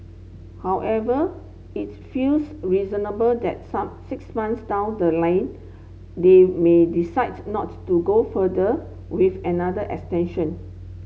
however it feels reasonable that some six months down the line they may decide not to go further with another extension